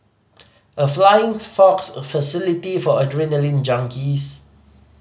a flying fox facility for adrenaline junkies